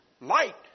Light